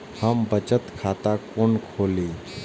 हम बचत खाता कोन खोली?